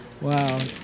Wow